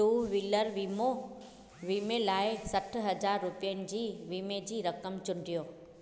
two wheeler वीमो वीमे लाएय सठ हज़ार रुपियनि जी वीमे जी रक़म चूंडियो